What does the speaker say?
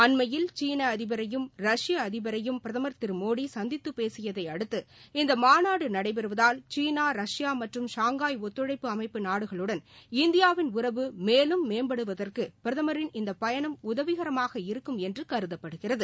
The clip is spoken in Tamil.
அண்மையில் சீனா அதிபரையும் அதிபரையும் பிரதமர் திரு மோடி சந்தித்து பேசியதையடுத்து இந்த மாநாடு நடைபெறுவதால் சீனா ரஷ்யா மற்றும் ஷாங்காய் ஒத்துழைப்பு அமைப்பு நாடுகளுடன் இந்தியாவின் உறவு மேலும் மேம்படுவதற்கு பிரதமரின் இந்த பயனம் உதவிகரமாக இருக்கும் என்று கருதப்படுகிறது